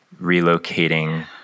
relocating